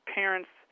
parents